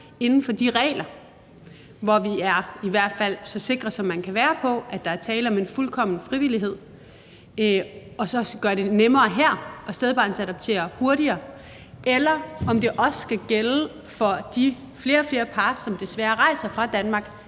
inden for de regler, hvor vi er så sikre, som man i hvert fald kan være, på, at der er tale om en fuldkommen frivillighed; og at gøre det nemmere i forhold til at stedbarnsdoptere hurtigere – eller om det også skal gælde for de flere og flere par, som desværre rejser fra Danmark